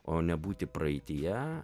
o nebūti praeityje